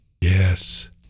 Yes